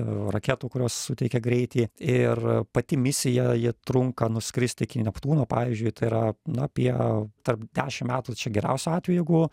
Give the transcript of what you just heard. raketų kurios suteikia greitį ir pati misija ji trunka nuskristi iki neptūno pavyzdžiui tai yra na apie tarp dešimt metų čia geriausiu atveju jeigu